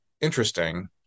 interesting